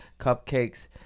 cupcakes